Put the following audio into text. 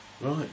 Right